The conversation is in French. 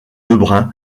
lebrun